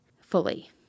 fully